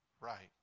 right